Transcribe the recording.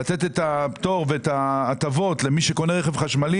לתת את הפטור ואת ההטבות למי שקונה רכב חשמלי.